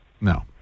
no